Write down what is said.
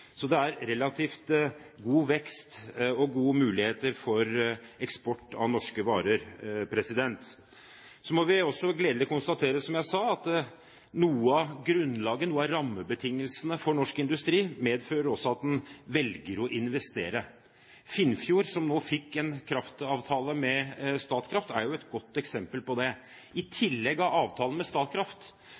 Så det er relativt god vekst og gode muligheter for eksport av norske varer. Så må vi med glede konstatere at noe av grunnlaget – rammebetingelsene – for norsk industri også medfører at en velger å investere. Finnfjord, som nå fikk en kraftavtale med Statkraft er et godt eksempel på det. I tillegg til avtalen med Statkraft